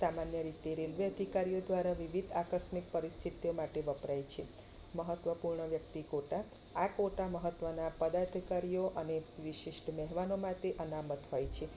સામાન્ય રીતે રેલવે અધિકારીઓ દ્વારા વિવિધ આકસ્મિક પરિસ્થતિઓ માટે વપરાય છે મહત્વપૂર્ણ વ્યક્તિ કોટા આ કોટા મહત્વના પદાધિકારીઓ અને વિશિષ્ટ મહેમાનો માટે અનામત હોય છે